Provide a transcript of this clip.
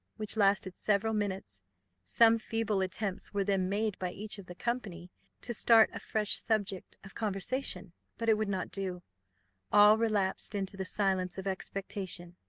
which lasted several minutes some feeble attempts were then made by each of the company to start a fresh subject of conversation but it would not do all relapsed into the silence of expectation.